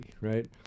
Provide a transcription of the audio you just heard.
right